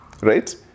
Right